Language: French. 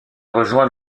rejoint